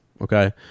Okay